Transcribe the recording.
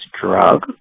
drug